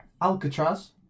Alcatraz